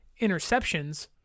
interceptions